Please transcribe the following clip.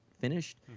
finished